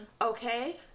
okay